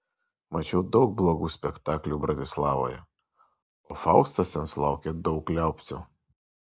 mačiau daug blogų spektaklių bratislavoje o faustas ten sulaukė daug liaupsių